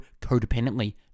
codependently